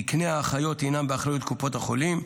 תקני האחיות הינם באחריות קופות החולים,